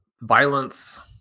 Violence